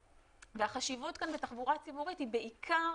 החשיבות כאן בתחבורה ציבורית היא בעיקר